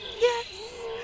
Yes